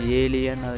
alien